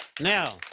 Now